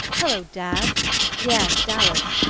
hallo, dad yes dallas.